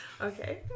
okay